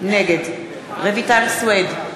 נגד רויטל סויד,